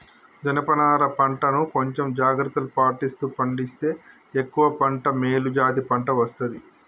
జనప నారా పంట ను కొంచెం జాగ్రత్తలు పాటిస్తూ పండిస్తే ఎక్కువ పంట మేలు జాతి పంట వస్తది